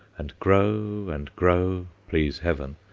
and grow and grow, please heaven,